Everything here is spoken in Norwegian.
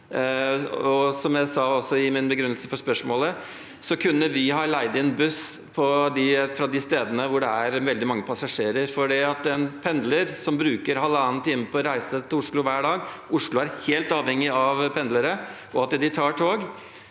Som jeg også sa i min begrunnelse for spørsmålet, kunne Vy ha leid inn buss fra de stedene hvor det er veldig mange passasjerer. Det er pendlere som bruker halvannen time på å reise til Oslo hver dag. Oslo er helt avhengig av pendlere og at de tar tog.